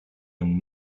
une